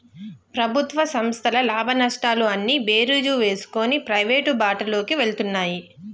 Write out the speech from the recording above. ప్రభుత్వ సంస్థల లాభనష్టాలు అన్నీ బేరీజు వేసుకొని ప్రైవేటు బాటలోకి వెళ్తున్నాయి